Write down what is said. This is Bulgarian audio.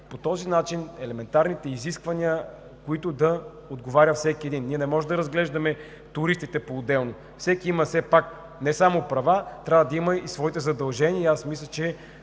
по този начин да намерим елементарните изисквания, на които да отговаря всеки един. Ние не може да разглеждаме туристите поотделно. Всеки все пак има не само права, а трябва да има и своите задължения. Аз мисля, че